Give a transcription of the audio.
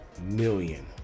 million